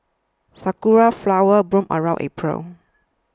sakura flowers bloom around April